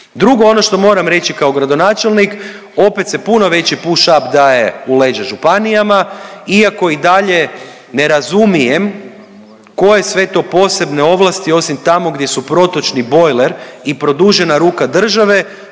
Drugo ono što moram reći kao gradonačelnik opet se puno veći push up u leđa županijama iako i dalje ne razumijem koje sve to posebne ovlasti, osim tamo gdje su protočni bojler i produžena ruka države